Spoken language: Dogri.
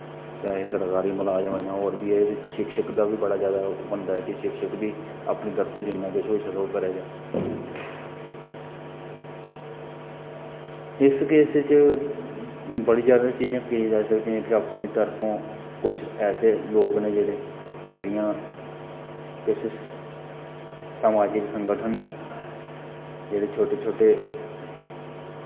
चाहे सरकारी मलाज़म ऐ जां होर ऐ एह्दे च शिक्षक दा बी बड़ा जादा बनदा ऐ कि शिक्षक बी अपनी तरफों जिन्ना किश होई सकदा ओह् करै इस केस च बड़ी जादा चीजां कीतियां जाई सकदियां इक अपनी तरफों कुछ ऐसे लोग न जेह्ड़े जेह्ड़ियां किस समाजिक संगठन न जेह्ड़े छोटे सोटे